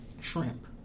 Shrimp